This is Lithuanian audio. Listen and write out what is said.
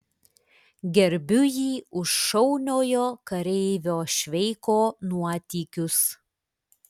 gerbiu jį už šauniojo kareivio šveiko nuotykius